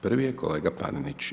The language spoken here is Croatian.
Prvi je kolega Panenić.